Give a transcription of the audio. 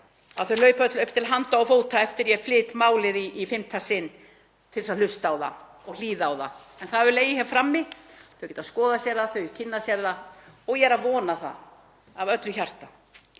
að þau hlaupi öll upp til handa og fóta, eftir að ég flyt málið í fimmta sinn, til að hlusta á það og hlýða á það. En málið hefur legið frammi. Þau getað skoðað það og kynnt sér það og ég er að vona af öllu hjarta